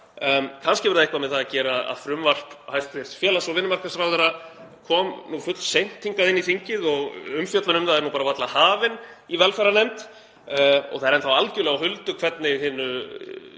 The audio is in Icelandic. Kannski hefur það eitthvað með það að gera að frumvarp hæstv. félags- og vinnumarkaðsráðherra kom nú fullseint hingað inn í þingið og umfjöllun um það er varla hafin í velferðarnefnd og það er enn þá algjörlega á huldu hvernig hinu